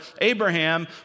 Abraham